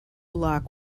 lock